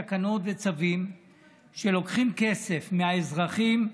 תקנות וצווים שלוקחים כסף מהאזרחים,